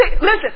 listen